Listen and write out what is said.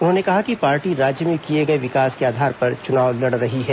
उन्होंने कहा कि पार्टी राज्य में किए गए विकास के आधार पर चुनाव लड़ रही है